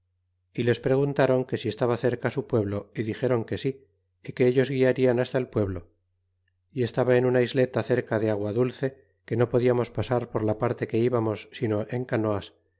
y les pregunt a ron que si estaba cerca su pueblo y dixeron que si y que ellos guiarian hasta el pueblo y estaba en una isleta cerca de agua dulce que no podismos pasar por la parte que íbamos sino en canoas